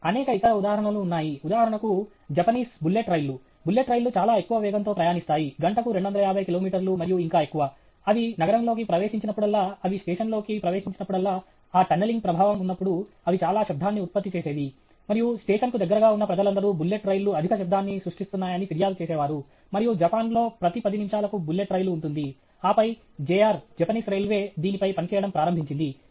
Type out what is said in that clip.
అనేక ఇతర ఉదాహరణలు ఉన్నాయి ఉదాహరణకు జపనీస్ బుల్లెట్ రైళ్లు బుల్లెట్ రైళ్లు చాలా ఎక్కువ వేగంతో ప్రయాణిస్తాయి గంటకు 250 కిలోమీటర్లు మరియు ఇంకా ఎక్కువ అవి నగరంలోకి ప్రవేశించినప్పుడల్లా అవి స్టేషన్లోకి ప్రవేశించినప్పుడల్లా ఆ టన్నెలింగ్ ప్రభావం ఉన్నపుడు అవి చాలా శబ్దాన్ని ఉత్పత్తి చేసేవి మరియు స్టేషన్కు దగ్గరగా ఉన్న ప్రజలందరూ బుల్లెట్ రైళ్లు అధిక శబ్దాన్ని సృష్టిస్తున్నాయని ఫిర్యాదు చేసేవారు మరియు జపాన్లో ప్రతి 10 నిమిషాలకు బుల్లెట్ రైలు ఉంటుంది ఆపై JR జపనీస్ రైల్వే దీనిపై పనిచేయడం ప్రారంభించింది